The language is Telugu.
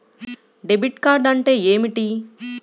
డెబిట్ కార్డ్ అంటే ఏమిటి?